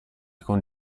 con